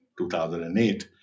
2008